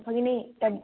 भगिनी तत्